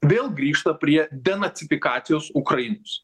vėl grįžta prie denacifikacijos ukrainos